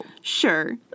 Sure